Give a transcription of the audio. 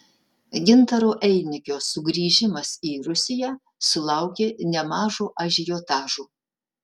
gintaro einikio sugrįžimas į rusiją sulaukė nemažo ažiotažo